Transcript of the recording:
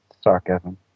sarcasm